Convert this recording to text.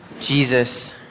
Jesus